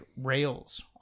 rails